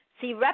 see